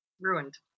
ruined